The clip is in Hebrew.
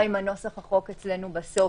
גם בנוסח החוק בסוף,